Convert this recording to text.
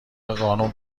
قانون